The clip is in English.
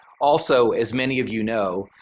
also as many of you know,